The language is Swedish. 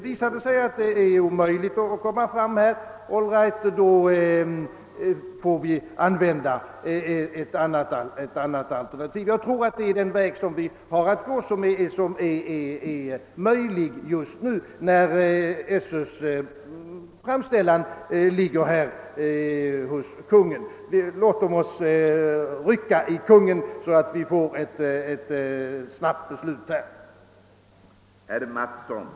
Visar det sig, att det är omöjligt att gå fram på denna väg, all right, då får vi använda det andra alternativet. Jag tror, att detta är den väg som är möjlig just nu, när SÖ:s framställan ligger hos Konungen. Låtom oss därför trycka på hos Konungen, så att vi får ett snabbt beslut på denna punkt!